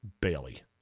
Bailey